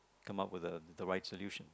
come up with the the right solution